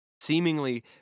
Seemingly